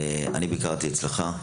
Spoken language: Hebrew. אני ביקרתי אצלך.